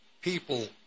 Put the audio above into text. people